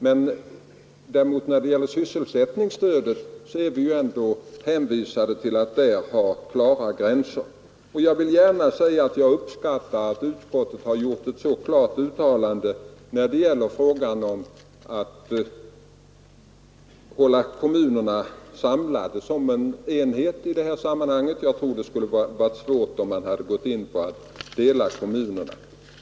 Men när det gäller sysselsättningsstödet är vi hänvisade till att ha klara gränser. Jag vill gärna säga att jag uppskattar att utskottet gjort ett så klart ställningstagande om att hålla kommunerna samlade som en enhet; jag tror det skulle ha medfört svårigheter om man gått med på att dela kommunerna.